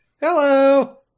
hello